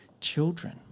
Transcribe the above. children